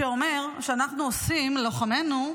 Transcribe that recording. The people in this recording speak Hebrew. שאומר שאנחנו עושים, לוחמינו,